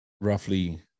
roughly